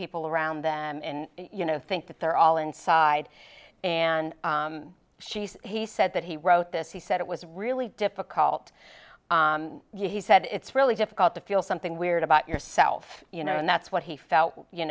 people around them and you know think that they're all inside and she's he said that he wrote this he said it was really difficult he said it's really difficult to feel something weird about yourself you know and that's what he felt you